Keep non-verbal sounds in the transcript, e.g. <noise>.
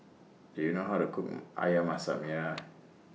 Do YOU know How to Cook Ayam Masak Merah <noise>